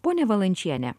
ponia valančiene